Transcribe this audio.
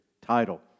title